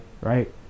right